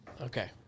Okay